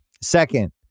Second